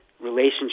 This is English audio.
relationship